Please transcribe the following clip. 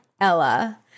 Ella